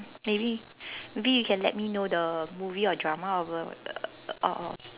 maybe maybe you can let me know the movie or drama of the of